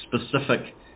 specific